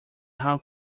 how